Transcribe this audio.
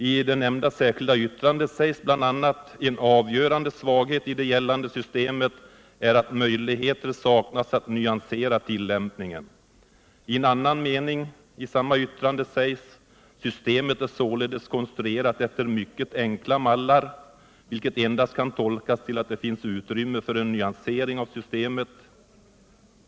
I det nämnda särskilda yttrandet sägs bl.a.: ”En avgörande svaghet i det gällande systemet är aut möjligheter saknas att nyansera tillämpningen.” I en annan mening i samma yttrande sägs: "Systemet iär således konstruerat efter mycket enkla mallar”. vilket såvitt jag förstår endast kan tolkas som att det finns utrymme för en nyansering av systemet.